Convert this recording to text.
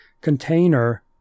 container